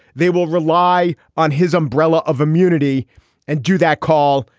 they will rely on his umbrella of immunity and do that call,